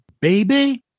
Baby